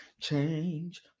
Change